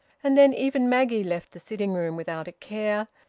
and then even maggie left the sitting-room without a care,